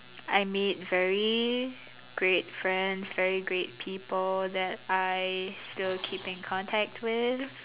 I made very great friends very great people that I still keep in contact with